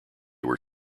were